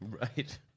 Right